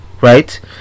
right